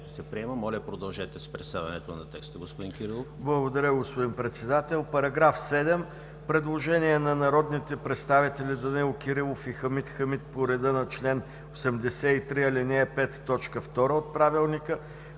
Моля, продължете с представянето на текста, господин Кирилов.